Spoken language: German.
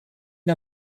der